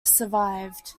survived